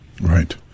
Right